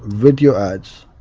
video ads.